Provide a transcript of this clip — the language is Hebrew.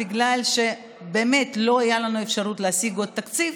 בגלל שבאמת לא הייתה לנו אפשרות להשיג עוד תקציב,